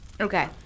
Okay